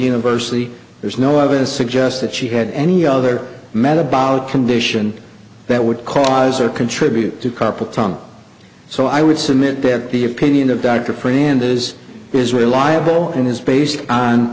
university there's no obvious suggests that she had any other metabolic condition that would cause or contribute to carpal tunnel so i would submit that the opinion of dr friend is is reliable and is based on